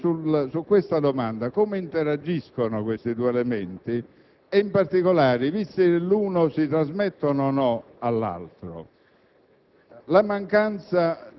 La questione nasce su questa domanda: come interagiscono questi due elementi? In particolare, i vizi dell'uno si trasmettono o no all'altro?